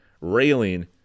railing